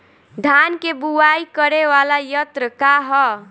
धान के बुवाई करे वाला यत्र का ह?